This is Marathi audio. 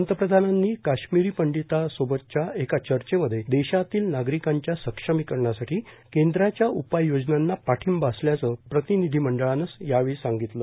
पंतप्रधानांनी काश्मिरी पंडितांसोबतच्या एका चर्चेमध्ये देशातील नागरिकांच्या सक्षमीकरणासाठी केंद्राच्या उपाययोजनांना पाठींबा असल्याचं प्रतिनिधी मंडळानं सांगितलं